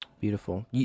beautiful